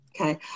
Okay